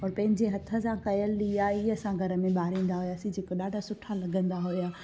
और पंहिंजे हथ सां कयलु ॾिया ई असां घर में ॿारींदा हुआसीं जेके ॾाढा सुठा लॻंदा हुआ